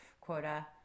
quota